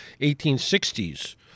1860s